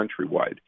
countrywide